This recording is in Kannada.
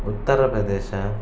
ಉತ್ತರ ಪ್ರದೇಶ